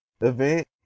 event